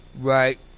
Right